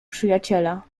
przyjaciela